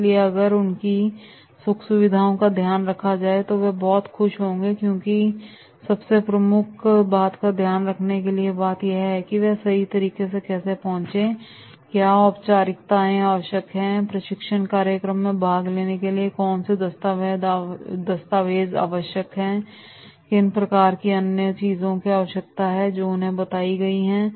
इसलिए अगर उनकी सुख सुविधाओं का ध्यान रखा जाए तो वह बहुत खुश होंगे क्योंकि सबसे प्रमुख बात ध्यान रखने की है कि वह सही तरीके से कैसे पहुंचे क्या औपचारिकताएं आवश्यक हैं प्रशिक्षण कार्यक्रम में भाग लेने के लिए कौन से दस्तावेज की अवायशक्ता हैं किन प्रकार की अन्य चीजों की आवश्यकता है जो उन्हें बताई गई है